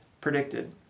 predicted